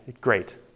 great